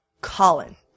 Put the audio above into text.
Colin